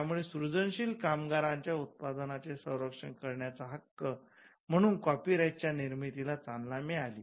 त्यामुळे सृजनशील कामगारांच्या उत्पादनांचे संरक्षण करण्याचा हक्क म्हणून कॉपीराइटच्या निर्मितीला चालना मिळाली